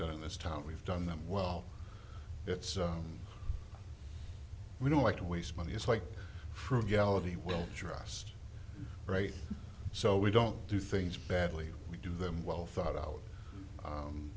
done this time we've done them well it's we don't like to waste money it's like frugality well dressed right so we don't do things badly we do them well thought out